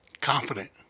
Confident